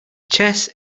chess